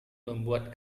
membuat